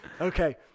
Okay